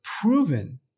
proven